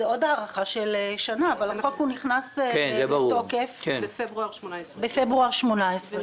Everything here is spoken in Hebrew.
זו עוד הארכה של שנה אבל החוק נכנס לתוקף בפברואר 2018. כן.